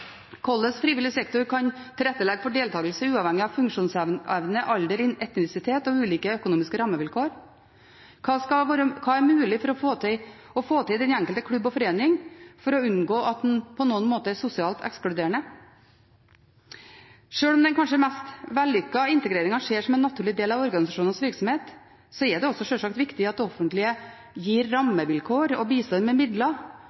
hvordan frivillig sektor kan tilrettelegge for deltagelse uavhengig av funksjonsevne, alder, etnisitet og ulike økonomiske rammevilkår, og hva som er mulig å få til i den enkelte klubb og forening for å unngå at en på noen måte er sosialt ekskluderende. Sjøl om den kanskje mest vellykkede integreringen skjer som en naturlig del av organisasjonenes virksomhet, er det sjølsagt også viktig at det offentlige gir rammevilkår og bistår med midler